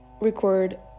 record